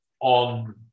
on